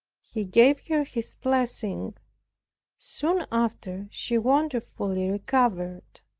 he gave her his blessing soon after she wonderfully recovered.